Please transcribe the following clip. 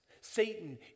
Satan